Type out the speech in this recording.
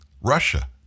Russia